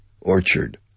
Orchard